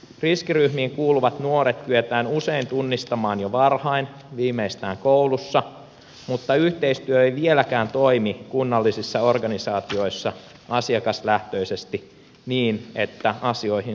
riskiryhmiin kuuluvat nuoret kyetään usein tunnistamaan jo varhain viimeistään koulussa mutta yhteistyö ei vieläkään toimi kunnallisissa organisaatioissa asiakaslähtöisesti niin että asioihin saataisiin puututtua